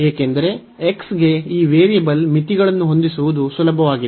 ಏಕೆಂದರೆ x ಗೆ ಈ ವೇರಿಯಬಲ್ ಮಿತಿಗಳನ್ನು ಹೊಂದಿಸುವುದು ಸುಲಭವಾಗಿದೆ